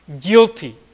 Guilty